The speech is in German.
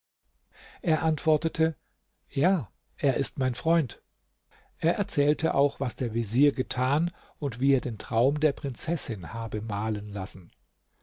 er antwortete ja er ist mein freund er erzählte auch was der vezier getan und wie er den traum der prinzessin habe malen lassen